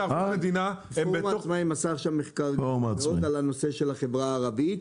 --- עשה עכשיו מחקר בנושא החברה הערבית.